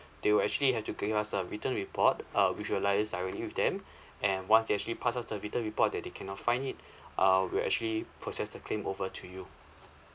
they will actually have to give us a written report uh we will liaise directly with them and once they actually pass us the written report that they cannot find it uh we'll actually process the claim over to you